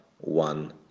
one